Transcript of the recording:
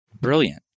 Brilliant